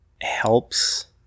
helps